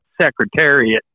secretariat